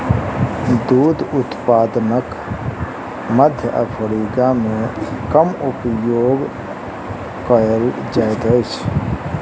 दूध उत्पादनक मध्य अफ्रीका मे कम उपयोग कयल जाइत अछि